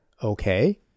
Okay